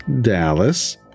Dallas